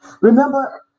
Remember